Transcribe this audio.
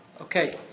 Okay